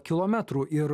kilometrų ir